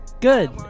Good